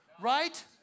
right